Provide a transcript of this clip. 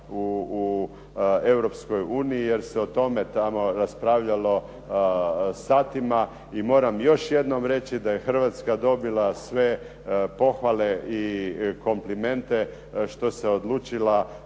uniji, jer se o tome tamo raspravljalo satima. I moram još jednom reći da je Hrvatska dobila sve pohvale i komplimente što se odlučila